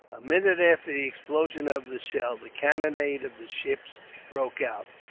a minute after the explosion of the shell, the cannonade of the ships broke out.